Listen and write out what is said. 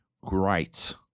great